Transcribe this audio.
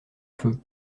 feu